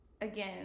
again